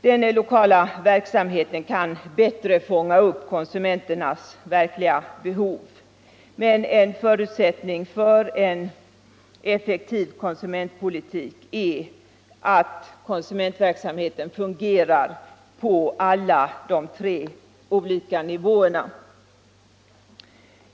Den lokala verksamheten kan bättre fånga upp konsumenternas verkliga behov, men en förutsättning för en effektiv konsumentpolitik är att konsumentverksamheten fungerar på alla tre nivåerna.